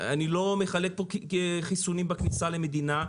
אני לא מחלק פה חיסונים בכניסה למדינה.